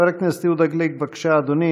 חבר הכנסת יהודה גליק, בבקשה אדוני.